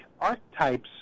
archetypes